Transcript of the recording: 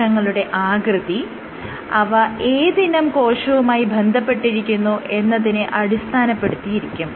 കോശങ്ങളുടെ ആകൃതി അവ ഏതിനം കോശവുമായി ബന്ധപ്പെട്ടിരിക്കുന്നു എന്നതിനെ അടിസ്ഥാനപ്പെടുത്തിയിരിക്കും